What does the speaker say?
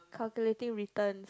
calculating returns